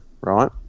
right